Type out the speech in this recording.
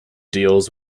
deals